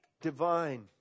divine